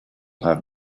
have